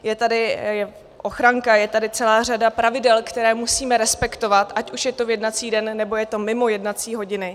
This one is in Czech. Je tady ochranka, je tady celá řada pravidel, která musíme respektovat, ať už je to v jednací den, nebo je to mimo jednací hodiny.